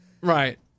Right